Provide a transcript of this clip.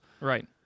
Right